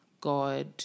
God